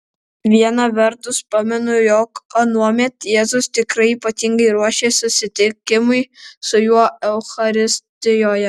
viena vertus pamenu jog anuomet jėzus tikrai ypatingai ruošė susitikimui su juo eucharistijoje